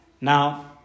Now